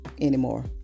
anymore